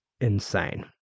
insane